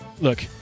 Look